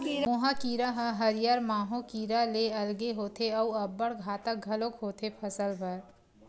मोहा कीरा ह हरियर माहो कीरा ले अलगे होथे अउ अब्बड़ घातक घलोक होथे फसल बर